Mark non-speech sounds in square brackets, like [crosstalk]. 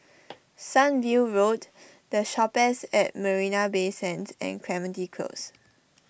[noise] Sunview Road the Shoppes at Marina Bay Sands and Clementi Close